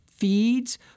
feeds